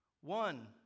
One